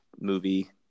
movie